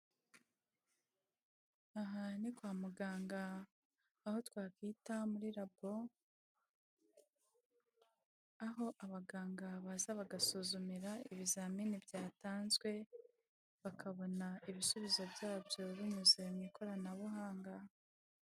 Aha ni kwa muganga, aho twakwita muri rabo, aho abaganga baza bagasuzumira ibizamini byatanzwe, bakabona ibisubizo byabyo binyuze mu ikoranabuhanga.